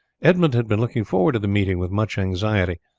edmund had been looking forward to the meeting with much anxiety,